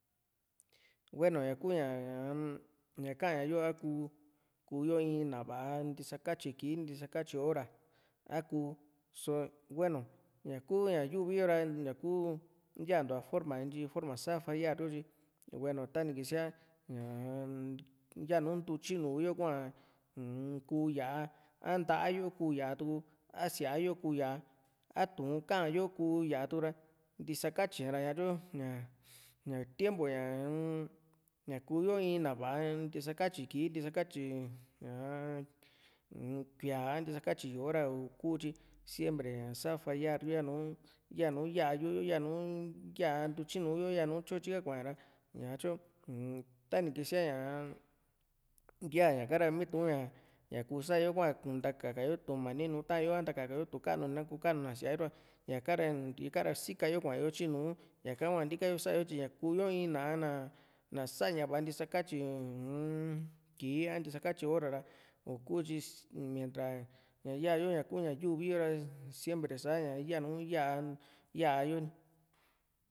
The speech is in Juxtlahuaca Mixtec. hueno ña ku ñaa-m ñaka ñayo a ku kuyo in na va´a ntisakatyi ki ntisakatyi hora a ku só hueno ña´kú ña yuvi yo ra ña´ku yantua forma ntyi forma sá fallar yo tyi hueno tani kísia ñaa-m yanu ntutyinuuyo kua u-n ku yáa a nta´a yo kú yatuku a sía yo kú ya a Tu'un ka´an yo kú yatu´ra ntisaktyi ña ra ñá tiempo ñaa-m ñaku yo in na va´a ntisakatyi kii ntisakatyi ñaa u-m kuía ntisakatyi yó´o ra ni kú tyi siempre ña sá fallar yo yanu yaá yu´u yo yanu yaá ntutyinuuyo yanu tyo tyika kua´ña ra ñatyu u tani kísia ña´a yá´a ñaka ra miitu ña kú sa´yo hua kuntakaka yo Tu'un mani nu ta´an yo a ntakaka yo Tu'un kanu ni n´a kokanuni na síaa yo ñaka ra ikara sika yo kua´n yo tyinú ñaka hua ntika yo sa´yo tyi ña kuýo in ná´a na sa ña va´a ntisakatyi uu-m kii a ntisakatyi hora ra u´kú tyi mientra ña yá yo ña yuvi yó ra siempre sá ña yaa yá´yo